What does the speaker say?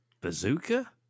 Bazooka